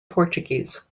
portuguese